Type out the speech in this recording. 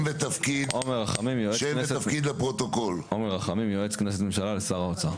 עומר רחמים, יועץ כנסת ממשלה לשר האוצר.